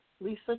Lisa